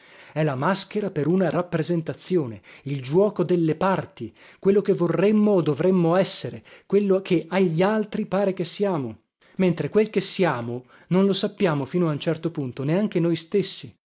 è la maschera per una rappresentazione il giuoco delle parti quello che vorremmo o dovremmo essere quello che agli altri pare che siamo mentre quel che siamo non lo sappiamo fino a un certo punto neanche noi stessi